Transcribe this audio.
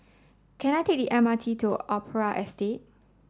can I take the M R T to Opera Estate